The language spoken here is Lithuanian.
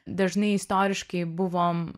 dažnai istoriškai buvom